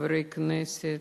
חברי הכנסת,